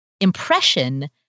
impression